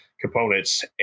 components